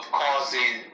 causing